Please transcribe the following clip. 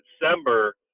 December